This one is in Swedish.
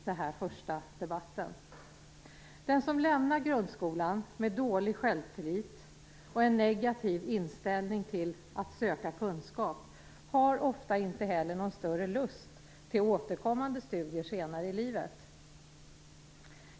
Den som lämnar grundskolan med dålig självtillit och en negativ inställning till att söka kunskap har ofta inte heller någon större lust till återkommande studier senare i livet.